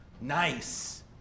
nice